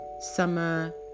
summer